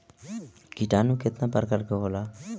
किटानु केतना प्रकार के होला?